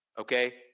Okay